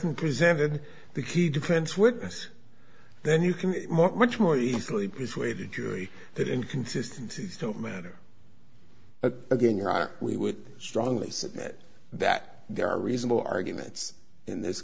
t presented the key defense witness then you can more much more easily persuaded jury that inconsistency don't matter but again we would strongly submit that there are reasonable arguments in this